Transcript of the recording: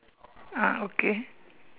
ah okay